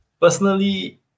personally